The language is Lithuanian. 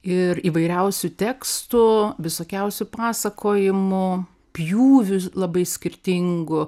ir įvairiausių tekstų visokiausių pasakojimų pjūvių labai skirtingų